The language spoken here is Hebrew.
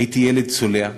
הייתי ילד צולע.